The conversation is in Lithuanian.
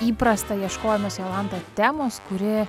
įprasta ieškojimas jolanta temos kuri